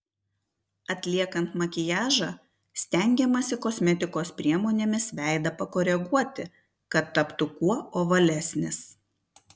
atliekant makiažą stengiamasi kosmetikos priemonėmis veidą pakoreguoti kad taptų kuo ovalesnis